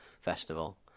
festival